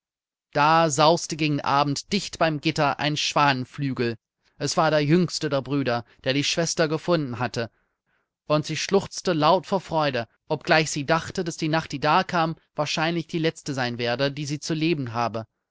da sauste gegen abend dicht beim gitter ein schwanenflügel es war der jüngste der brüder der die schwester gefunden hatte und sie schluchzte laut vor freude obgleich sie dachte daß die nacht die da kam wahrscheinlich die letzte sein werde die sie zu leben habe